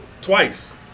Twice